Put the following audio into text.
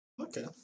Okay